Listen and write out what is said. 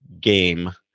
game